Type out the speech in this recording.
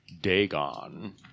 Dagon